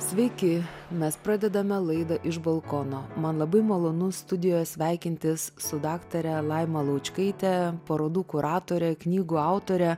sveiki mes pradedame laidą iš balkono man labai malonu studijoj sveikintis su daktare laima laučkaite parodų kuratore knygų autore